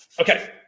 Okay